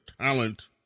Talent